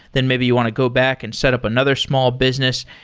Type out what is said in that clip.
then maybe you want to go back and set up another small business.